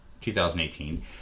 2018